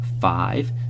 five